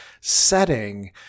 setting